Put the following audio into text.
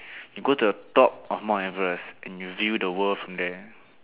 you go to the top of Mount Everest and you view the world from there